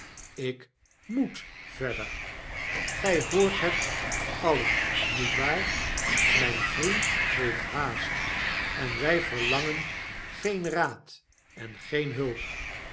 ik moet verder gy hoort het alien niet waar my n vriend heeft haast en wij verlangen geen raad en geen hulp